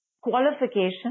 Qualification